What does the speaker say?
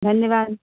धन्यवाद